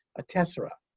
a tessera.